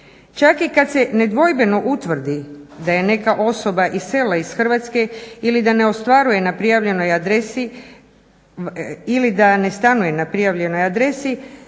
Čak i kad se nedvojbeno utvrdi da je neka osoba iselila iz Hrvatske ili da ne stanuje na prijavljenoj adresi važeći zakon ne poznaje mogućnost